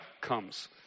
comes